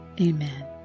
amen